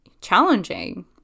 challenging